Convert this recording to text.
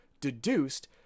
deduced